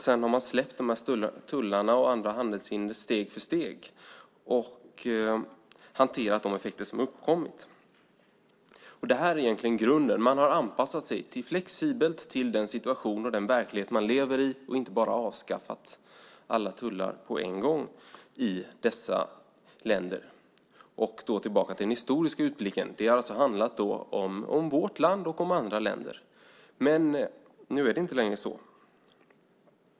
Sedan har man släppt på tullar och handelshinder steg för steg och hanterat de effekter som uppkommit. Detta är egentligen grunden. Man har varit flexibel och anpassat sig till den situation och verklighet man lever i och inte bara avskaffat alla tullar på en gång. Går man tillbaka till den historiska utblicken har det handlat om vårt land och andra länder. Men nu är det inte längre så.